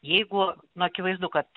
jeigu nu akivaizdu kad